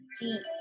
deep